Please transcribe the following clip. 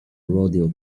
rodeo